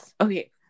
Okay